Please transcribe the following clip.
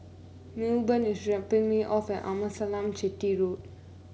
Milburn is dropping me off at Amasalam Chetty Road